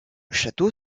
château